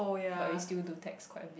but we still do text quite a bit